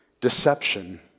deception